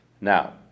Now